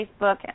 Facebook